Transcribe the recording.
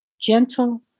gentle